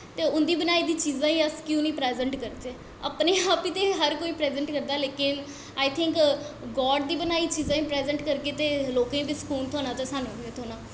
ते उं'दी बनाई दी चीज़ां गी अस कीऽ नेईँ प्राजैंट करचै अपने आप गी ते हर कोई प्राजैंट करदा लेकिन आई थिंक गाड़ दी बनाई दियां चीजां बी प्राजैंट करगे ते लोकें गी बी स्कून थ्होंना ते सानूं बी थ्होेना